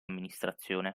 amministrazione